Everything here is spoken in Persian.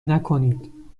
نکنید